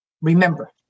remember